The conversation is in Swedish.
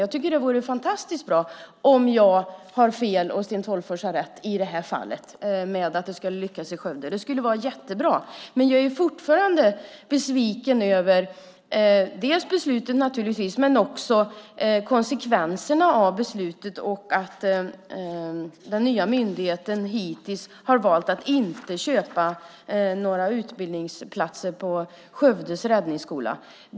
Jag tycker att det vore fantastiskt bra om jag har fel och Sten Tolgfors har rätt i det här fallet med att det skulle lyckas i Skövde. Det skulle vara jättebra. Men jag är fortfarande besviken dels över beslutet, dels över konsekvenserna av beslutet och att den nya myndigheten hittills har valt att inte köpa några utbildningsplatser på Skövdes räddningsskola.